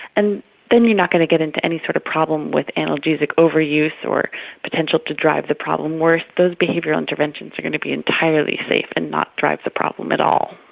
and then you are not going to get into any sort of problem with analgesic overuse or potential to drive the problem worse, those behavioural interventions are going to be entirely safe and not drive the problem at all.